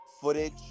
footage